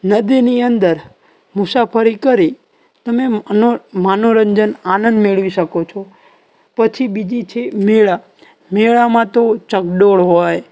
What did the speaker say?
નદીની અંદર મુસાફરી કરી તમે એમાં મનોરંજન આનંદ મેળવી શકો છો પછી બીજી છે મેળા મેળામાં તો ચકડોળ હોય